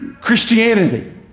Christianity